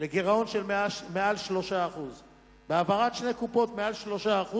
לגירעון של מעל 3%. בהעברת שתי קופות לגירעון מעל 3%